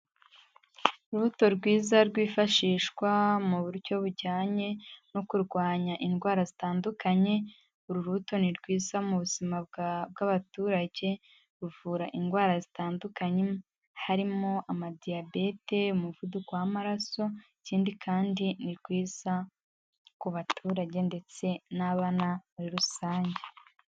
Urubuto rwiza rwifashishwa mu buryo bujyanye no kurwanya indwara zitandukanye, uru rubuto ni rwiza mu buzima bw'abaturage, ruvura indwara zitandukanye harimo amadiyabete, umuvuduko w'amaraso, ikindi kandi ni rwiza ku baturage ndetse n'abana muri rusange.